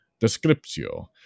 Descriptio